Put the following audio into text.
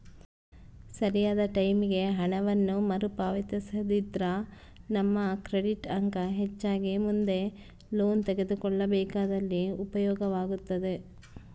ಸರಿಯಾದ ಟೈಮಿಗೆ ಹಣವನ್ನು ಮರುಪಾವತಿಸಿದ್ರ ನಮ್ಮ ಕ್ರೆಡಿಟ್ ಅಂಕ ಹೆಚ್ಚಾಗಿ ಮುಂದೆ ಲೋನ್ ತೆಗೆದುಕೊಳ್ಳಬೇಕಾದಲ್ಲಿ ಉಪಯೋಗವಾಗುತ್ತದೆ